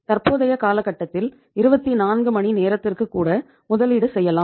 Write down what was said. தற்போதைய காலகட்டத்தில் 24 மணி நேரத்திற்கு கூட முதலீடு செய்யலாம்